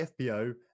FBO